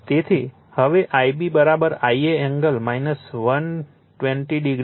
તેથી હવે Ib Ia angle 120 o જાણો છો